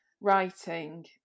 writing